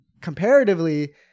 comparatively